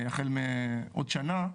החל מעוד שנה,